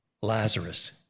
Lazarus